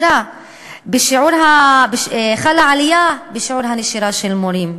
חלה עלייה בשיעור הנשירה של מורים,